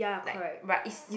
like right it's you